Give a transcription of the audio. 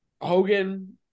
Hogan